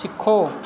ਸਿੱਖੋ